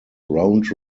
round